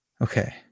Okay